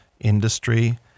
industry